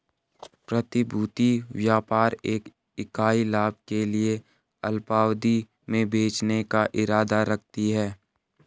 प्रतिभूति व्यापार एक इकाई लाभ के लिए अल्पावधि में बेचने का इरादा रखती है